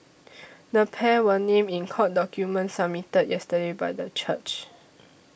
the pair were named in court documents submitted yesterday by the church